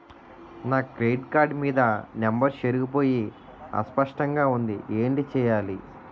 నా కార్డ్ మీద నంబర్లు చెరిగిపోయాయి అస్పష్టంగా వుంది ఏంటి చేయాలి?